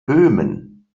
böhmen